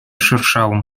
шершавому